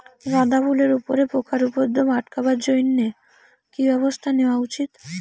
গাঁদা ফুলের উপরে পোকার উপদ্রব আটকেবার জইন্যে কি ব্যবস্থা নেওয়া উচিৎ?